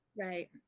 right